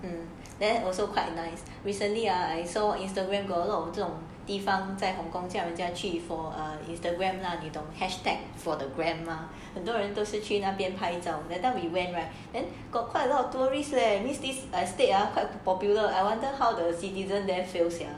there also quite nice recently I saw instagram got a lot of 这种地方在 hong-kong 叫人家去 for instagram lah 你懂 hashtag for the gram 很多人都是去那边拍照 that time we went right then got quite a lot of tourists leh this state are quite popular I wonder how the citizen there feel sia